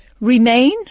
remain